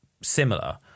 similar